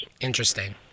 Interesting